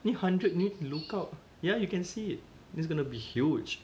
ni hundred need to lookout ya you can see it it's gonna be huge